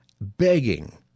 begging